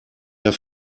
der